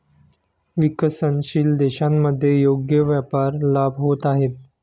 विकसनशील देशांमध्ये योग्य व्यापार लाभ होत आहेत